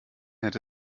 hätte